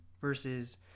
versus